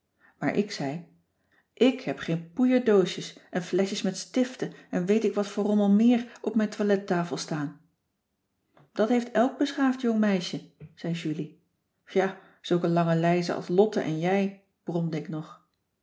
maar ik zei ik heb geen poeierdoosjes en fleschjes met stiften en weet ik wat voor rommel meer op mijn toilettafel staan dat heeft elk beschaafd jong meisje zei julie ja zulke lange lijzen als lotte en jij bromde ik nog